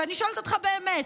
ואני שואלת אותך באמת,